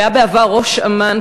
שהיה בעבר ראש אמ"ן,